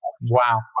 wow